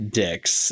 dicks